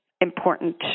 important